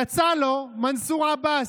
יצא לו מנסור עבאס.